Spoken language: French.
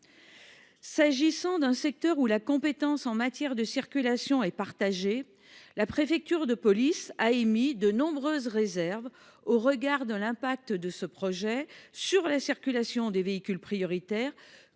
concerne un secteur où la compétence en matière de circulation est partagée, la préfecture de police a émis de nombreuses réserves au regard de l’impact de ce projet sur la circulation des véhicules prioritaires,